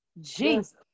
Jesus